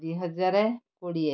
ଦୁଇ ହଜାର କୋଡ଼ିଏ